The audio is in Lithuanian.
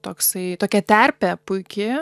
toksai tokia terpė puiki